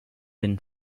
been